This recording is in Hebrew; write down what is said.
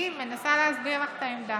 אני מנסה להסביר לך את העמדה.